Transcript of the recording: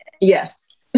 Yes